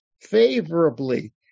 favorably